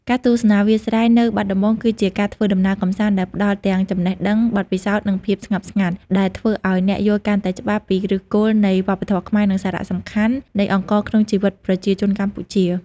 ការទស្សនាវាលស្រែនៅបាត់ដំបង គឺជាការធ្វើដំណើរកម្សាន្តដែលផ្ដល់ទាំងចំណេះដឹង បទពិសោធន៍ និងភាពស្ងប់ស្ងាត់ ដែលធ្វើឱ្យអ្នកយល់កាន់តែច្បាស់ពីឫសគល់នៃវប្បធម៌ខ្មែរ និងសារៈសំខាន់នៃអង្ករក្នុងជីវិតប្រជាជនកម្ពុជា ។